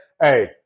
Hey